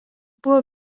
buvo